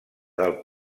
del